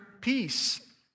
peace